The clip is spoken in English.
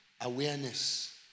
Awareness